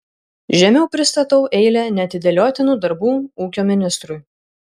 žemiau pristatau eilę neatidėliotinų darbų ūkio ministrui